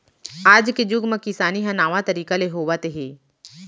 आज के जुग म किसानी ह नावा तरीका ले होवत हे